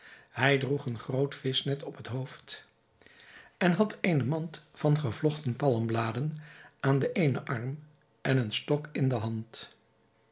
hij droeg een groot vischnet op het hoofd en had eene mand van gevlochten palmbladen aan den eenen arm en een stok in de hand